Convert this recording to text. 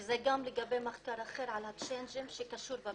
זה גם לגבי מחקר אחר לגבי הצ'יינג'ים שקשור גם הוא.